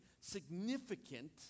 significant